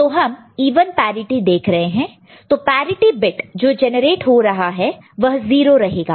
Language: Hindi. तो हम इवन पैरिटि देख रहे हैं तो पैरिटि बिट जो जनरेट हो रहा है वह 0 रहेगा